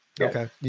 okay